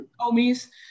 homies